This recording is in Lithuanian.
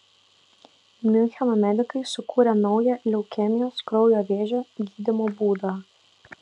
miuncheno medikai sukūrė naują leukemijos kraujo vėžio gydymo būdą